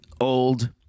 old